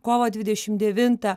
kovo dvidešim devintą